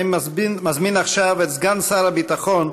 אני מזמין עכשיו את סגן שר הביטחון,